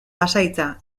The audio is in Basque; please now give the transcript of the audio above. pasahitza